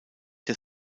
der